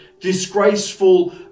disgraceful